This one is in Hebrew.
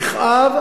יכאב,